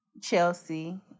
Chelsea